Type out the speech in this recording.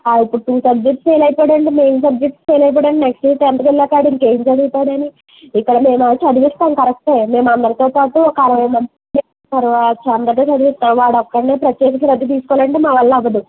వాడు ఇప్పుడు two subjects fail అయిపోయాడు అంటే మెయిన్ సబ్జెక్ట్సు ఫెయిలు అయిపోయాడు అంటే నెక్స్ట్ ఇయర్ టెన్త్కి వెళ్ళాక వాడు ఇంకేం చదువుతాడని ఇక్కడ మేము చదివిస్తాం కరక్టే మేము అందరితోపాటు ఒక అరవై మంది ఉంటారు అందరినీ చదివిస్తాం వాడొక్కడిని ప్రత్యేక శ్రద్ద తీసుకోవాలి అంటే మా వల్ల అవ్వదు